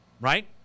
right